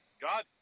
God